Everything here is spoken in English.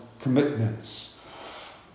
commitments